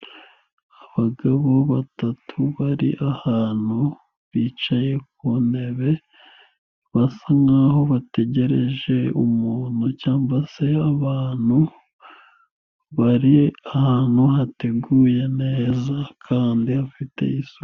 Abagabo batatu bari ahantu bicaye ku ntebe basa nkaho bategereje umuntu cyangwa se abantu, bari ahantu hateguye neza kandi hafite isuku.